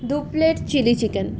দু plate chilli chicken